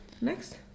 Next